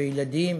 בילדים,